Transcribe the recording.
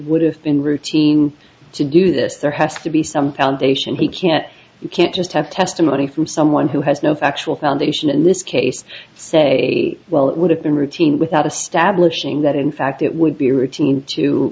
would have been routine to do this there has to be some foundation he can't you can't just have testimony from someone who has no factual foundation in this case say well it would have been routine without establishing that in fact it would be routine to